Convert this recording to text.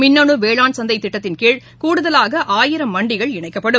மின்னு வேளாண் சந்தை திட்டத்தின் கீழ் கூடுதலாக ஆயிரம் மண்டிகள் இணைக்கப்படும்